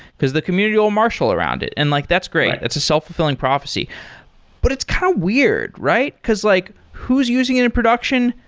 because the community will marshal around it. and like that's great. that's a self-fulfilling prophecy but it's kind of weird, right? because like who's using it in production?